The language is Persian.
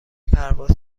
پرواز